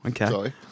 Okay